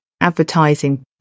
advertising